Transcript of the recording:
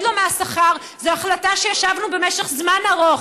לו מהשכר זו החלטה שישבנו במשך זמן ארוך,